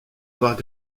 avoir